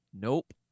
nope